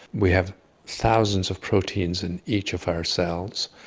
we have thousands of proteins in each of our cells,